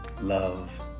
love